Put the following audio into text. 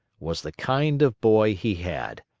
was the kind of boy he had.